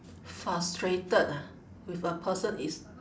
frustrated ah with a person is